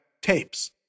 tapes